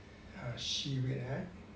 she will add